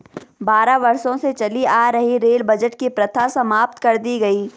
बारह वर्षों से चली आ रही रेल बजट की प्रथा समाप्त कर दी गयी